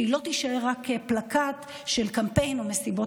שהיא לא תישאר רק פלקט של קמפיין או מסיבות